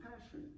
passion